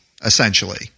essentially